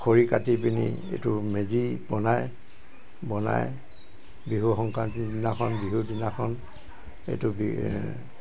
খৰি কাটি পিনি এইটো মেজি বনায় বনাই বিহু সংক্ৰান্তিৰ দিনাখন বিহুৰ দিনাখন এইটো